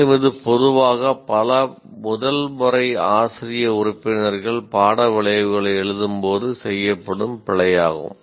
மேலும் இது பொதுவாக பல முதல் முறை ஆசிரிய உறுப்பினர்கள் பாட விளைவுகளை எழுதும்போது செய்யப்படும் ஒரு பிழையாகும்